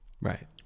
Right